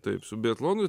taip su biatlonu